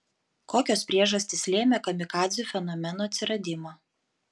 kokios priežastys lėmė kamikadzių fenomeno atsiradimą